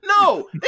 No